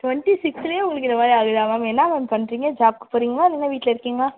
twenty சிக்ஸுலேயே உங்களுக்கு இது மாதிரி ஆகுதா மேம் என்ன மேம் பண்ணுறிங்க ஜாபுக்கு போகிறிங்களா இல்லைன்னா வீட்டில் இருக்கிங்களா